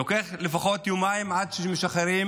לוקח לפחות יומיים עד שמשחררים